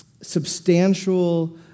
substantial